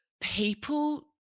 people